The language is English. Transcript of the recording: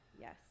yes